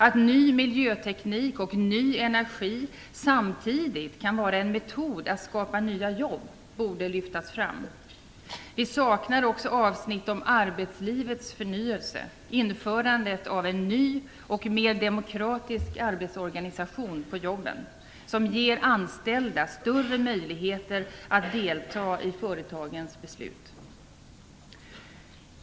Att ny miljöteknik och ny energi samtidigt kan vara en metod att skapa nya jobb borde lyftas fram. Vi saknar också avsnitt om arbetslivets förnyelse och införandet av en ny och mer demokratisk arbetsorganisation på arbetsplatserna. Det skulle ge de anställda större möjligheter att delta i företagens beslut.